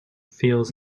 feels